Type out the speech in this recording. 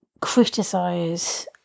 criticize